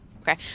Okay